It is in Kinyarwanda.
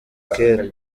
kera